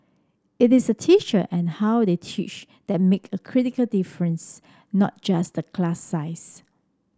it is a teacher and how they teach that make a critical difference not just the class size